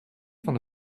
van